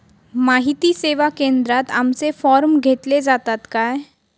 माहिती सेवा केंद्रात आमचे फॉर्म घेतले जातात काय?